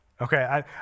Okay